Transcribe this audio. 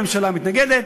הממשלה מתנגדת,